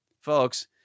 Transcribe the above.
folks